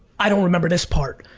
i don't remember this part.